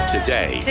Today